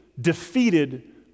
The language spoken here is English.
defeated